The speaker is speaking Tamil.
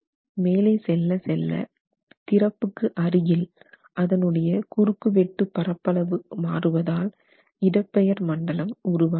மேலே செல்ல செல்ல திறப்புக்கு அருகில் அதனுடைய குறுக்கு வெட்டு பரப்பளவு மாறுவதால் இடப்பெயர் மண்டலம் உருவாகிறது